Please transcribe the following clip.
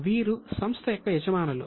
వీరు సంస్థ యొక్క యజమానులు